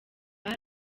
bari